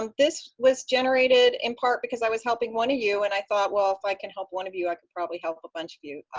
um this was generated in part because i was helping one of you, and i thought, well, if i can help one of you, i could probably help a bunch of you.